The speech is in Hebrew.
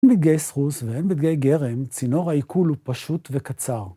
הן בדגי סחוס והן בדגי גרם, צינור העיכול הוא פשוט וקצר.